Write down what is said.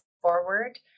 forward